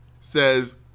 says